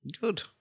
Good